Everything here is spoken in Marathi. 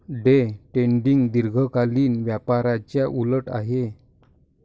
डे ट्रेडिंग दीर्घकालीन व्यापाराच्या उलट आहे